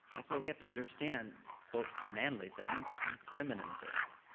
that's why we have to understand manly things and feminine things.